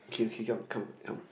okay okay come come come